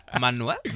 Manuel